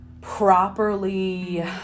properly